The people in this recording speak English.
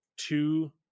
two